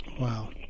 Wow